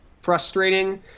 frustrating